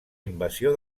invasió